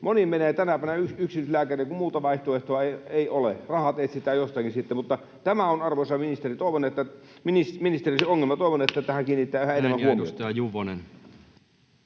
Moni menee tänä päivänä yksityislääkärille, kun muuta vaihtoehtoa ei ole. Rahat etsitään sitten jostakin. Tämä on, arvoisa ministeri, se ongelma. Toivon, että tähän kiinnitetään yhä enemmän huomiota.